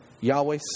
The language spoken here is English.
Yahweh